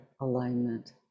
alignment